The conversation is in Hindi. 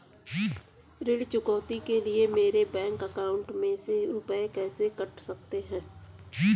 ऋण चुकौती के लिए मेरे बैंक अकाउंट में से रुपए कैसे कट सकते हैं?